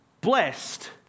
blessed